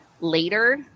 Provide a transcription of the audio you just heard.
later